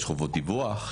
זאת מכיוון שיש חובות דיווח,